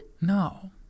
no